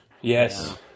Yes